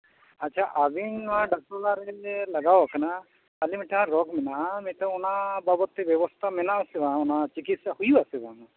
ᱟᱪᱪᱷᱟ ᱟᱹᱵᱤᱱ ᱱᱚᱣᱟ ᱰᱟᱠᱛᱚᱨ ᱚᱲᱟᱜᱨᱮ ᱞᱟᱜᱟᱣ ᱠᱟᱱᱟ ᱟᱹᱞᱤᱧᱟᱜ ᱢᱤᱫᱴᱟᱝ ᱨᱳᱜᱽ ᱢᱮᱱᱟᱜᱼᱟ ᱱᱤᱛᱚᱝ ᱚᱱᱟ ᱵᱟᱵᱚᱫᱽᱛᱮ ᱵᱮᱵᱚᱥᱛᱷᱟ ᱢᱮᱱᱟᱜᱼᱟ ᱥᱮ ᱵᱟᱝ ᱚᱱᱟ ᱪᱤᱠᱤᱥᱥᱟ ᱦᱩᱭᱩᱜᱼᱟ ᱥᱮ ᱵᱟᱝ